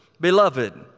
Beloved